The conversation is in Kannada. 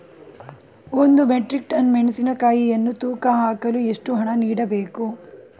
ಒಂದು ಮೆಟ್ರಿಕ್ ಟನ್ ಮೆಣಸಿನಕಾಯಿಯನ್ನು ತೂಕ ಹಾಕಲು ಎಷ್ಟು ಹಣ ನೀಡಬೇಕು?